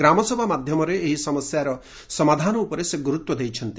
ଗ୍ରାମସଭା ମାଧ୍ୟମରେ ଏହି ସମସ୍ୟାର ସମାଧାନ ଉପରେ ସେ ଗୁରୁତ୍ୱ ଦେଇଛନ୍ତି